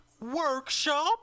workshop